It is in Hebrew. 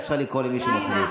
אפשר לקרוא למישהו מחליף.